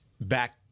back